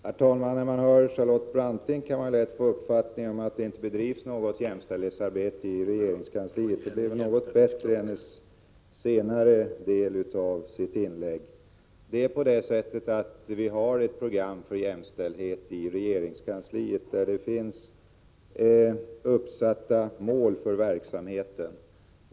Herr talman! När man hör Charlotte Branting kan man lätt få uppfattningen att det inte bedrivs något jämställdhetsarbete alls i regeringskansliet. Det blev kanske litet bättre i senare delen av hennes inlägg. Nu är det så att vi har ett program för jämställdhet i regeringskansliet, där det finns uppsatta mål för verksamheten.